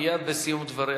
אתה משיב מייד בסיום דבריה.